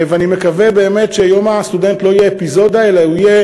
ואני מקווה באמת שיום הסטודנט לא יהיה אפיזודה אלא הוא יהיה